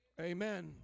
amen